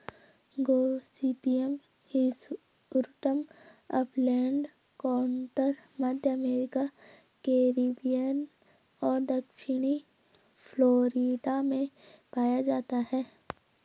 Gossypium hirsutum upland cotton, मध्य America, Caribbean और दक्षिणी फ्लोरिडा में पाया जाता है